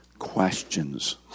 questions